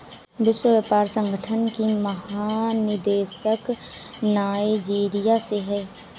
विश्व व्यापार संगठन की महानिदेशक नाइजीरिया से है